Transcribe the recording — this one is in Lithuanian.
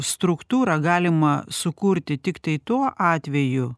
struktūrą galima sukurti tiktai tuo atveju